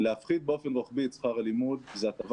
להפחית באופן רוחבי את שכר הלימוד זה הטבה